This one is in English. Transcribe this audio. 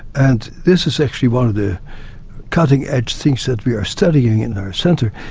and this is actually one of the cutting-edge things that we are studying in our centre,